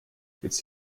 jetzt